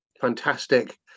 fantastic